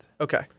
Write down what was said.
Okay